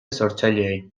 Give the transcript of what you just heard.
sortzaileei